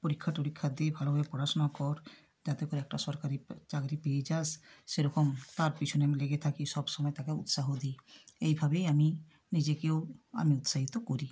পরীক্ষা টরীক্ষা দে ভালোভাবে পড়াশোনা কর যাতে করে একটা সরকারি চাকরি পেয়ে যাস সেরকম তার পেছনে আমি লেগে থাকি সব সময় তাকে উৎসাহ দিই এইভাবেই আমি নিজেকেও আমি উৎসাহিত করি